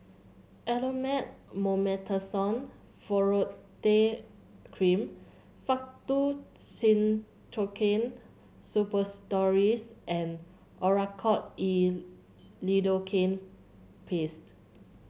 Elomet Mometasone Furoate Cream Faktu Cinchocaine Suppositories and Oracort E Lidocaine Paste